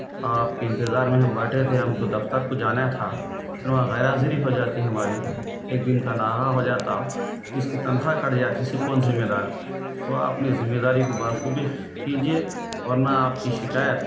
آپ کے انتظار میں ہم بیٹھے تھے ہم کو دفتر کو جانا تھا پھر وہاں غیر حاضری ہو جاتی ہماری ایک دن کا ناغہ ہو جاتا اس کی تنخواہ کٹ جاتی اس کی کون ذمہ دار تو اپنی ذمہ داری کو بخوبی کیجیے ورنہ آپ کی شکایت